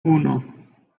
uno